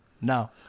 no